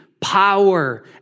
power